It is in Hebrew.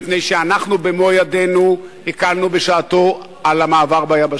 מפני שאנחנו במו-ידינו הקלנו בשעתנו על המעבר ביבשה.